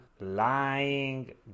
lying